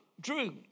Drew